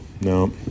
no